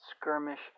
skirmish